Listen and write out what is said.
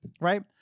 right